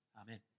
Amen